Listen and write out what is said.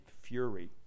fury